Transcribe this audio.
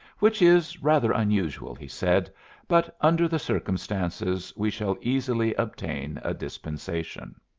which is rather unusual, he said but under the circumstances we shall easily obtain a dispensation.